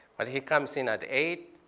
but he comes in at eight.